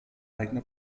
eigene